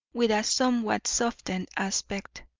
with a somewhat softened aspect.